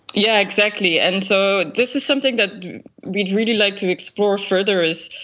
yeah exactly, and so this is something that we'd really like to explore further, is,